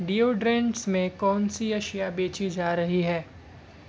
deodorants میں کون سی اشیاء بیچی جا رہی ہیں